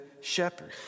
shepherd